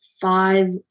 five